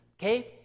Okay